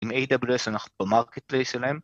עם AWS אנחנו במארקט-פלייס שלהם.